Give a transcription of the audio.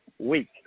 Week